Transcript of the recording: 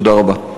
תודה רבה.